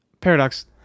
paradox